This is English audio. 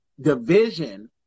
division